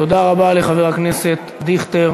תודה רבה לחבר הכנסת דיכטר.